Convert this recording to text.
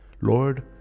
Lord